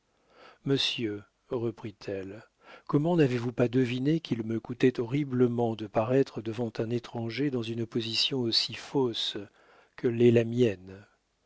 monsieur reprit-elle comment n'avez-vous pas deviné qu'il me coûtait horriblement de paraître devant un étranger dans une position aussi fausse que l'est la mienne